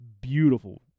beautiful